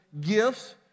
gifts